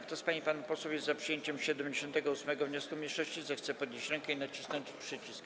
Kto z pań i panów posłów jest za przyjęciem 78. wniosku mniejszości, zechce podnieść rękę i nacisnąć przycisk.